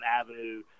avenue